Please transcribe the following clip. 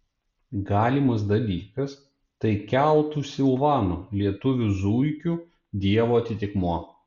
galimas dalykas tai keltų silvano lietuvių zuikių dievo atitikmuo